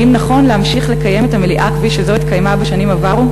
האם נכון להמשיך לקיים את המליאה כפי שזו התקיימה בשנים עברו,